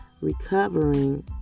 recovering